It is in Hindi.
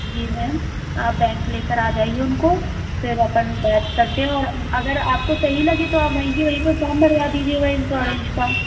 जी मैम आप बैंक ले केर आ जाइए उनको फिर अपन बात करते हैं और अगर आपको सही लगे तो आप वहीं के वहीं पर फौर्म भरवा दीजिएगा इन्श्योरेन्स का